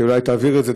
ואולי תעביר את זה,